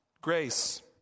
Grace